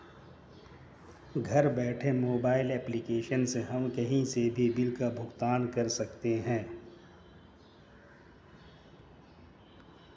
घर बैठे mobile application से हम कही से भी बिल का भुगतान कर सकते है